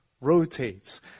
rotates